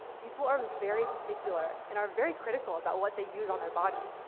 people are very particular and are very critical about what they use on their body,